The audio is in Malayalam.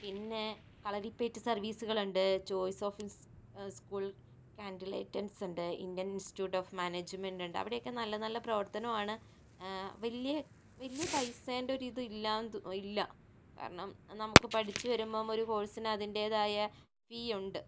പിന്നെ കളരിപ്പയറ്റ് സെർവ്വീസുകൾ ഉണ്ട് choice of school candle lightens ഉണ്ട് ഇന്ത്യൻ ഇൻസ്റ്റിറ്റ്യൂട്ട് ഓഫ് മാനേജ്മന്റ് ഉണ്ട് അവിടെയൊക്കെ നല്ല നല്ല പ്രവർത്തനം ആണ് വലിയ വലിയ പൈസേൻ്റെ ഒരു ഇത് ഇല്ലായെന്ന് ഇല്ല കാരണം നമുക്ക് പഠിച്ചു വരുമ്പോൾ ഒരു കോഴ്സിന് അതിന്റേതായ ഫീ ഉണ്ട്